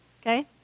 okay